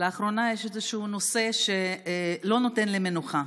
לאחרונה יש איזשהו נושא שלא נותן לי מנוחה,